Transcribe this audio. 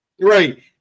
right